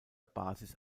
basis